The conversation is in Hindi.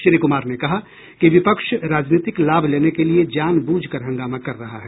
श्री कुमार ने कहा कि विपक्ष राजनीतिक लाभ लेने के लिए जानबूझ कर हंगामा कर रहा है